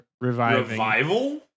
Revival